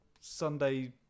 Sunday